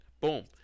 Boom